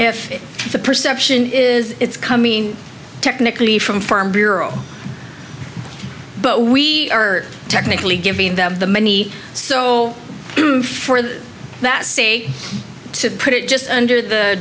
if the perception is it's coming technically from farm bureau but we are technically giving them the money so for that sake to put it just under the